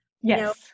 Yes